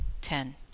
Ten